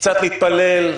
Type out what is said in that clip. -- קצת להתפלל,